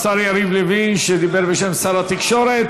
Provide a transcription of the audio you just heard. תודה לשר יריב לוין, שדיבר בשם שר התקשורת.